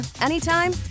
anytime